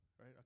right